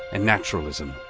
and naturalism.